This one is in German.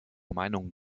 meinung